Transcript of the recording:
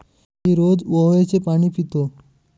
मी रोज ओव्याचे पाणी पितो